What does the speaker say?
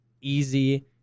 easy